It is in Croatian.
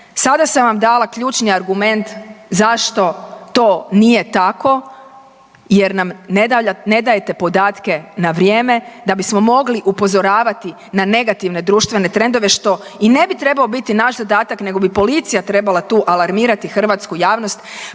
Sada sam vam dala ključni argument zašto to nije tako jer nam ne dajete podatke na vrijeme da bismo mogli upozoravati na negativne društvene trendove što i ne bi trebao biti naš zadatak nego bi policija trebala tu alarmirati hrvatsku javnost,